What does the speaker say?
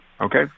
Okay